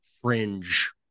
fringe